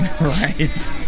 Right